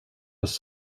was